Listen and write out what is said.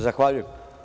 Zahvaljujem.